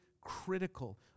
critical